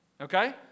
Okay